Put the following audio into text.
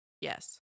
Yes